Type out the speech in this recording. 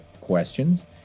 questions